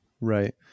Right